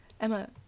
Emma